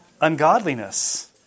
Ungodliness